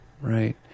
Right